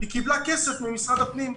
היא קיבלה כסף ממשרד הפנים.